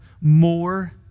more